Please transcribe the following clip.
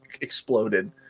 exploded